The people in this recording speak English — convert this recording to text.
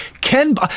Ken